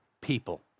people